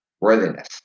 worthiness